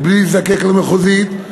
בלי להזדקק למחוזית.